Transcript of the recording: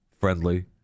friendly